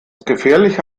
gefährliche